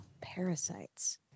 Parasites